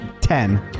ten